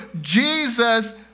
Jesus